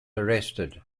arrested